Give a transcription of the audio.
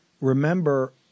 Remember